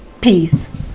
Peace